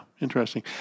interesting